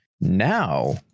Now